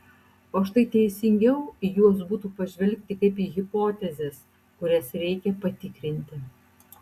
o štai teisingiau į juos būtų pažvelgti kaip į hipotezes kurias reikia patikrinti